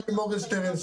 מורגנשטרן,